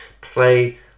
Play